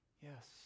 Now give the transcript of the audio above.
yes